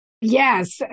Yes